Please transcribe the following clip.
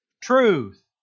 truth